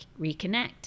reconnect